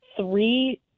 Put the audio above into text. three